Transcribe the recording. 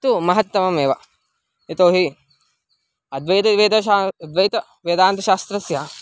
तु महत्तममेव यतोहि अद्वैतं वेदं शा अद्वैतवेदान्तशास्त्रस्य